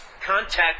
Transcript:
contact